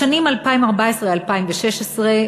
בשנים 2014 2016,